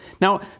Now